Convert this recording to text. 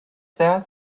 that